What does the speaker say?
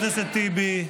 חבר הכנסת טיבי,